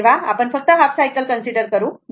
तर आपण फक्त हाफ सायकल कन्सिडर करू बरोबर